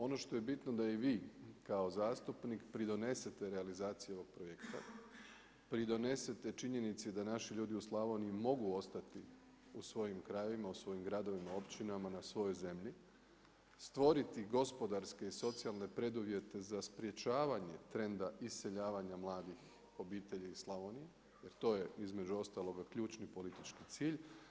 Ono što je bitno da i vi kao zastupnik pridonesete realizaciji ovog projekta, pridonesete činjenici da naši ljudi u Slavoniji mogu ostati u svojim krajevima, u svojim gradovima, općinama, na svojoj zemlji, stvoriti gospodarske i socijalne preduvjete za sprječavanje trenda iseljavanja mladih obitelji iz Slavonije jer to je između ostaloga ključni politički cilj.